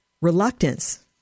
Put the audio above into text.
Reluctance